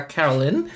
Carolyn